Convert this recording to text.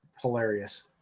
Hilarious